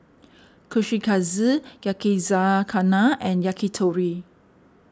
Kushikatsu Yakizakana and Yakitori